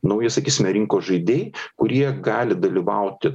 nauji sakysime rinkos žaidėjai kurie gali dalyvauti